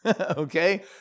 Okay